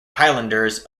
highlanders